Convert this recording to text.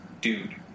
dude